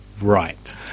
Right